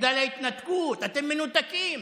בגלל ההתנתקות, אתם מנותקים.